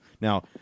Now